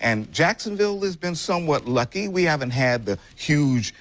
and jacksonville has been somewhat lucky. we haven't had the huge